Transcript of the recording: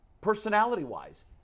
personality-wise